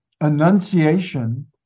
annunciation